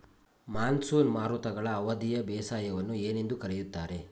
Monsoon ಮಾರುತಗಳ ಅವಧಿಯ ಬೇಸಾಯವನ್ನು ಏನೆಂದು ಕರೆಯುತ್ತಾರೆ?